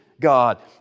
God